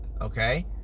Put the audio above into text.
okay